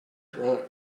drunk